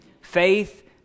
Faith